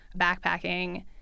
backpacking